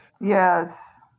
Yes